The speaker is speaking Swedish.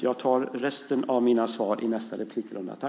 Jag får ta resten i nästa replikrunda.